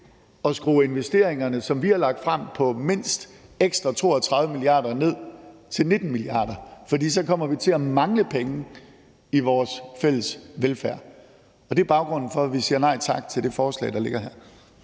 at skrue investeringerne, som vi har lagt frem, på mindst ekstra 32 mia. kr. ned til 19 mia. kr., for så kommer vi til at mangle penge i vores fælles velfærd. Det er baggrunden for, at vi siger nej tak til det forslag, der ligger her.